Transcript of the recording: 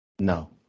No